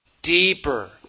Deeper